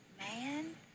man